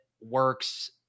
works